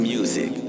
Music